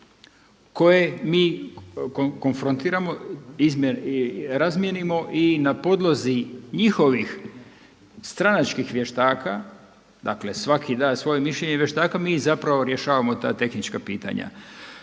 koje mi konfrontiramo, razmijenimo i na podlozi njihovih stranačkih vještaka dakle svaki da svoje mišljenje i vještaka mi zapravo rješavamo ta tehnička pitanja.